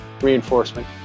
reinforcement